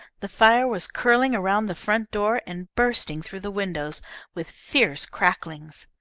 the fire was curling around the front door and bursting through the windows with fierce cracklings.